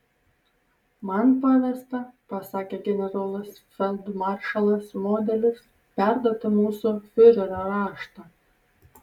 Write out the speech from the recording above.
man pavesta pasakė generolas feldmaršalas modelis perduoti mūsų fiurerio raštą